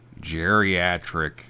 geriatric